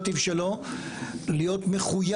להיות,